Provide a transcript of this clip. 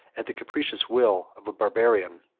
at the capricious will of a barbarian.